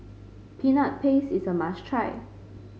Peanut Paste is a must try